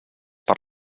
per